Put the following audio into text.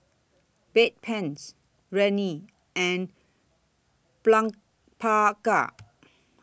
Bedpans Rene and Blephagel